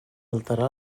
alterar